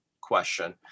question